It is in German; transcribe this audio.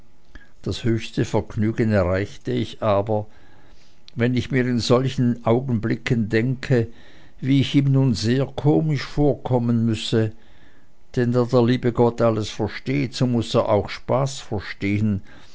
das höchste vergnügen erreiche ich aber wenn ich mir in solchen augenblicken denke wie ich ihm nun sehr komisch vorkommen müsse denn da der liebe gott alles versteht so muß er auch spaß verstehen